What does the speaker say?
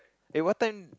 eh what time